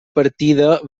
partida